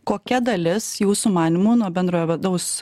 kokia dalis jūsų manymu nuo bendrojo vidaus